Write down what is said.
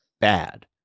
bad